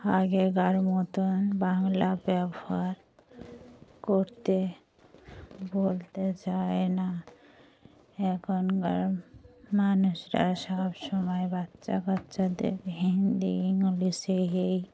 আগেকার মতন বাংলা ব্যবহার করতে বলতে চায় না এখনকার মানুষরা সবসময় বাচ্চা কাচ্চাদের হিন্দি ইংলিশে এই